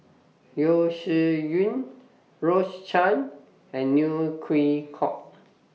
Yeo Shih Yun Rose Chan and Neo Chwee Kok